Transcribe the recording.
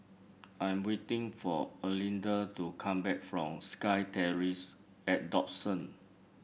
I'm waiting for Erlinda to come back from SkyTerrace at Dawson